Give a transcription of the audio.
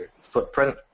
footprint